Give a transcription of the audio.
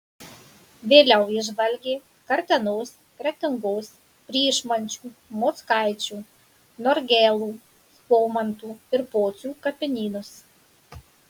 vėliau jis žvalgė kartenos kretingos pryšmančių mockaičių norgėlų skomantų ir pocių kapinynus